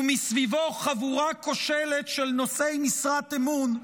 ומסביבו חבורה כושלת של נושאי משרת אמון,